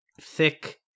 thick